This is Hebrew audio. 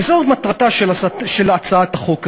וזאת מטרתה של הצעת החוק הזאת.